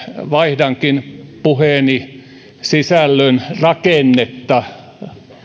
vaihdankin puheeni sisällön rakennetta